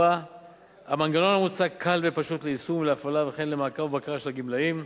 4. המנגנון המוצג קל ופשוט ליישום ולהפעלה וכן למעקב ובקרה של הגמלאים.